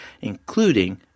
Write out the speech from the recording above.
including